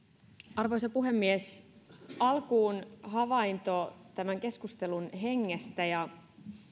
arvoisa puhemies alkuun havainto tämän keskustelun hengestä ja